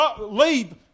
leave